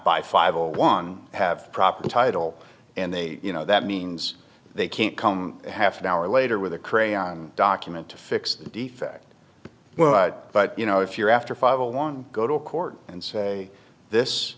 by five or one have proper title and they you know that means they can't come half an hour later with a crayon document to fix the defect well but you know if you're after five along go to a court and say this